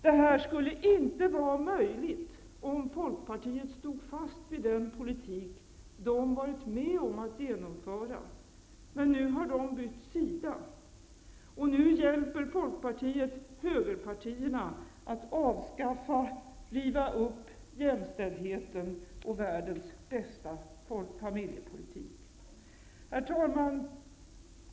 Det här skulle inte vara möjligt om Folkpartiet hade stått fast vid den politik som man varit med om att genomföra. Men nu har Folkpartiet bytt sida, och nu hjälper Folkpartiet högerpartierna att avskaffa och riva upp jämställdheten och världens bästa familjepolitik. Herr talman!